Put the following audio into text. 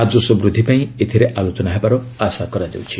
ରାଜସ୍ୱ ବୃଦ୍ଧି ପାଇଁ ଏଥିରେ ଆଲୋଚନା ହେବାର ଆଶା କରାଯାଉଛି